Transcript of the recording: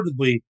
reportedly